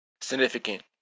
significant